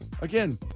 Again